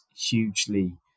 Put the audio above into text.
hugely